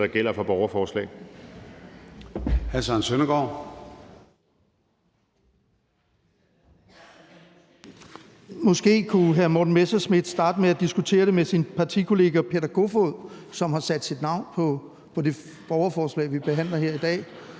Måske kunne hr. Morten Messerschmidt starte med at diskutere det med sin partikollega, Peter Kofod, som har sat sit navn på det borgerforslag, vi behandler her i dag.